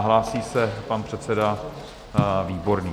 Hlásí se pan předseda Výborný.